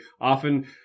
often